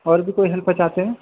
اور بھی کوئی ہیلپ چاہتے ہیں